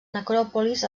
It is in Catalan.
necròpolis